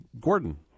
gordon